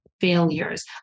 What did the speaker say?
failures